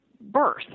Birth